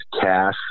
cash